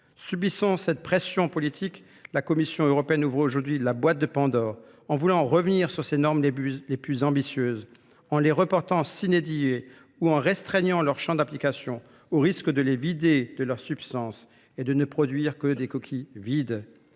Subissant cette pression politique, la Commission européenne ouvre aujourd'hui la boîte de Pandore en voulant revenir sur ses normes les plus ambitieuses, en les reportant sinédiers ou en restreignant leurs champs d'application au risque de les vider de leurs substances et de ne produire que des coquilles vides.